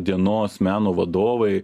dienos meno vadovai